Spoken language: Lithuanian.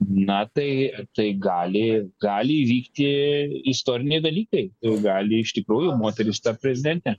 na tai tai gali gali įvykti istoriniai dalykai gali iš tikrųjų moteris tapt prezidente